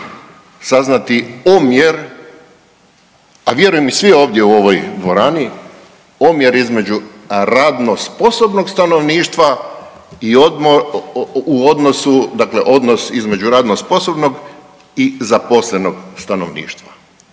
saznati omjer, a vjerujem i svi ovdje u ovoj dvorani, omjer između radno sposobnog stanovništva u odnosu, dakle odnos između radno sposobnog i zaposlenog stanovništva.